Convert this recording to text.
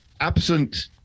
absent